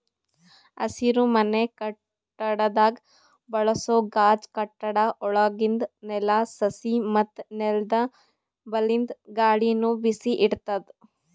ಹಸಿರುಮನೆ ಕಟ್ಟಡದಾಗ್ ಬಳಸೋ ಗಾಜ್ ಕಟ್ಟಡ ಒಳಗಿಂದ್ ನೆಲ, ಸಸಿ ಮತ್ತ್ ನೆಲ್ದ ಬಲ್ಲಿಂದ್ ಗಾಳಿನು ಬಿಸಿ ಇಡ್ತದ್